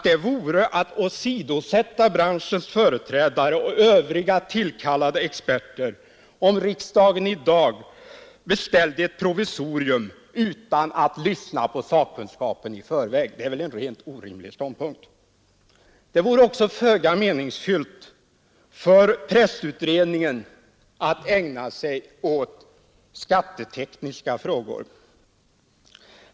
Det vore att åsidosätta branschens företrädare och övriga tillkallade experter, om riksdagen i dag beställde ett provisorium utan hörande av denna sakkunskap. Det är väl en helt orimlig ordning. Det vore också föga meningsfullt för pressutredningen att ägna sig åt skattetekniska frågor.